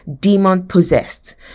demon-possessed